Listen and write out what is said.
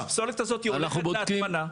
הפסולת הזאת הולכת להטמנה.